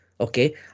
Okay